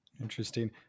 Interesting